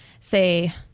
say